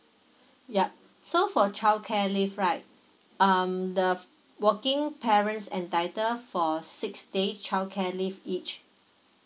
yup so for childcare leave right um the working parents entitle for six days childcare leave each